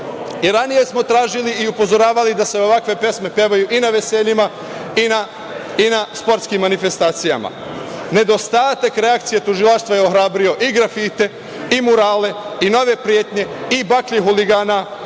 i ranije smo tražili i upozoravali da se ovakve pesme pevaju i na veseljima i na sportskim manifestacijama. Nedostatak reakcije tužilaštva je ohrabrio i grafite i murale i nove pretnje i baklje huligana